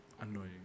annoying